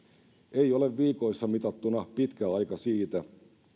ei ole viikoissa mitattuna pitkä aika siitä